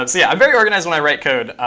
um so yeah, i'm very organized when i write code.